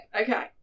okay